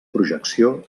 projecció